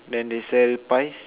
then they sell pies